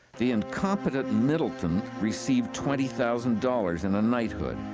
the incompetent middleton received twenty thousand dollars and a knighthood.